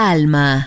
Alma